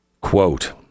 Quote